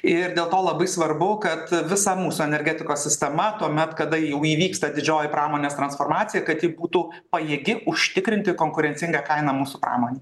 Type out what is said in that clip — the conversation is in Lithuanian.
ir dėl to labai svarbu kad visa mūsų energetikos sistema tuomet kada jau įvyksta didžioji pramonės transformacija kad ji būtų pajėgi užtikrinti konkurencingą kainą mūsų pramonei